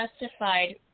justified